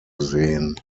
sehen